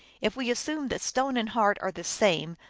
if we assume that stone and heart are the same,